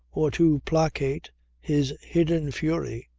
or to placate his hidden fury,